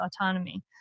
autonomy